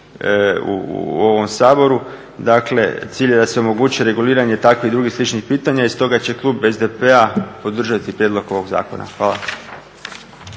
u ovom Saboru, dakle cilj je da se omogući reguliranje takvih i drugih sličnih pitanja i stoga će klub SDP-a podržati prijedlog ovog zakona. Hvala.